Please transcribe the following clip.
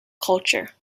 culture